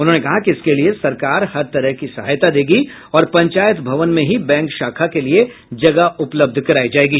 उन्होंने कहा कि इसके लिये सरकार हर तरह की सहायता देगी और पंचायत भवन में ही बैंक शाखा के लिये जगह उपलब्ध करायी जायेगी